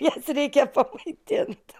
jas reikia pamaitint